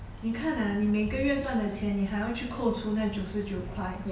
你看 ah 你每个月赚的钱你还会去扣除那九十九块